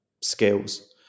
skills